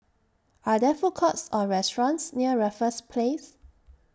Are There Food Courts Or restaurants near Raffles Place